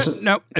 no